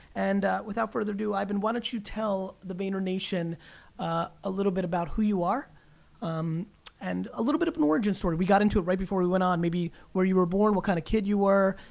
and, without further ado, ivan, why don't you tell the vaynernation a little bit about who you are um and a little bit of an origin story. we got into it right before we went on. maybe where you were born, what kind of kid you were,